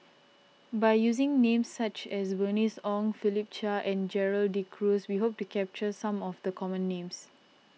by using names such as Bernice Ong Philip Chia and Gerald De Cruz we hope to capture some of the common names